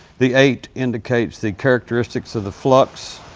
the eight indicates the characteristics of the flux.